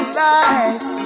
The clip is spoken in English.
light